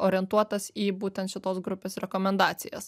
orientuotas į būtent šitos grupės rekomendacijas